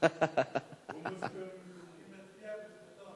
הרווחה והבריאות נתקבלה.